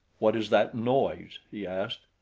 what is that noise? he asked.